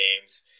games